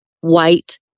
white